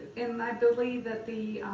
and i believe that the